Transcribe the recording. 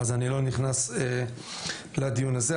אז אני לא נכנס לדיון הזה.